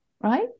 right